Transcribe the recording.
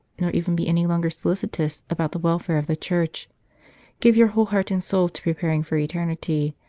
nor even be any longer solicitous about the welfare of the church give your whole heart and soul to preparing for eternity.